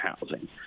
housing